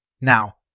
Now